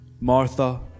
Martha